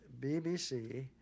BBC